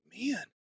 man